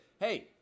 hey